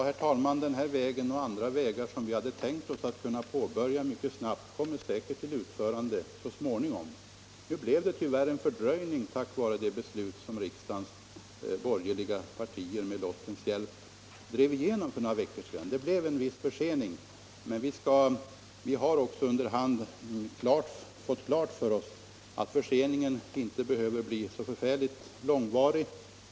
Herr talman! Väg 989 och andra vägbyggen som vi hade tänkt oss att kunna påbörja mycket snabbt kommer säkert till utförande så småningom. Nu blev det tyvärr en fördröjning till följd av det beslut som riksdagens borgerliga partier med lottens hjälp drev igenom för några I veckor sedan. Det blev en viss försening, men vi har under hand fått klart för oss att förseningen inte behöver bli så förfärligt långvarig.